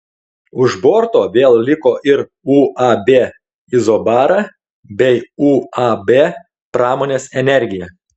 už borto vėl liko ir uab izobara bei uab pramonės energija